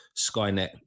Skynet